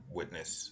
witness